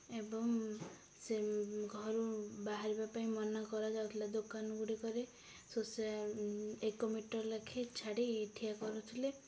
ଏବଂ ସେ ଘରୁ ବାହାରିବା ପାଇଁ ମନା କରାଯାଉଥିଲା ଦୋକାନ ଗୁଡ଼ିକରେ ଶୋସେ ଏକ ମିଟର ଲେଖେ ଛାଡ଼ି ଠିଆ କରୁଥିଲେ